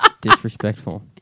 Disrespectful